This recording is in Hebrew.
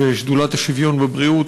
ושדולת השוויון בבריאות.